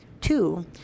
Two